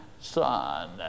son